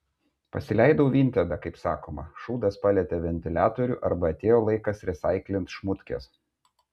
pasileidau vintedą kaip sakoma šūdas palietė ventiliatorių arba atėjo laikas resaiklint šmutkes